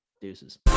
Deuces